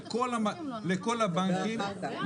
כל סניף כזה שנסגר.